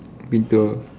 painter